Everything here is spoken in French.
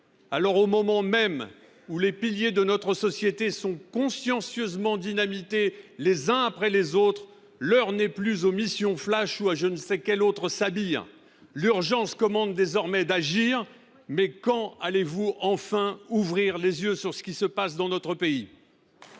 Alors, au moment même où les piliers de notre société sont consciencieusement dynamités les uns après les autres, l’heure n’est plus aux missions flash ou à je ne sais quel autre sabir ! L’urgence commande désormais d’agir. Mais quand allez vous enfin ouvrir les yeux sur ce qui se passe dans notre pays ?